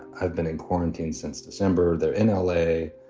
i've been in quarantine since december there in l a,